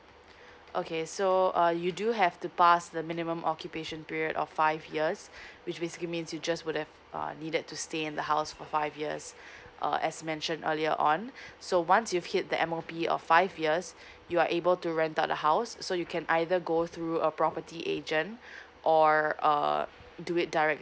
okay so uh you do have to pass the minimum occupation period of five years which basically means you just would have needed to stay in the house for five years uh as mention earlier on so once you hit the M_O_P of five years you are able to rent out the house so you can either go through a property agent or uh do it direct